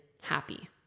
happy